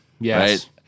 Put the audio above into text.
Yes